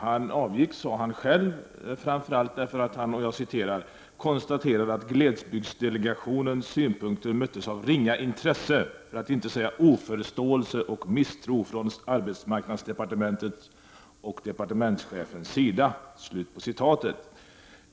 Han avgick, sade han själv, framför allt därför att han ”konstaterade att glesbygdsdelegationens synpunkter möttes av ringa intresse, för att inte säga oförståelse och misstro, från arbetsmarknadsdepartementets och departementschefens sida”.